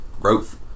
growth